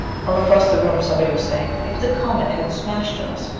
from across the room somebody was saying, if the comet hadn't smashed on us,